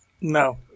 No